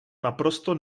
naprosto